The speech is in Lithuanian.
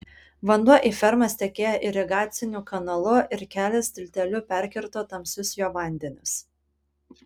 vanduo į fermas tekėjo irigaciniu kanalu ir kelias tilteliu perkirto tamsius jo vandenis